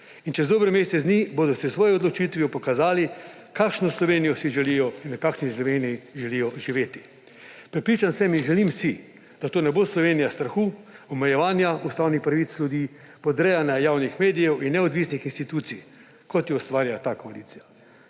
in čez dober mesec dni bodo s svojo odločitvijo pokazali, kakšno Slovenijo si želijo in v kakšni Sloveniji želijo živeti. Prepričan sem in želim si, da to ne bo Slovenija strahu, omejevanja ustavnih pravic ljudi, podrejanja javnih medijev in neodvisnih institucij, kot jo ustvarja ta koalicija.